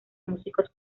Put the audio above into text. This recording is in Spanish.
músicos